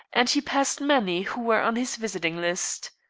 and he passed many who were on his visiting list.